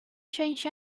change